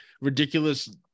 ridiculous